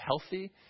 healthy